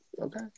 Okay